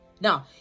Now